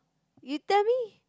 you tell me